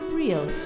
real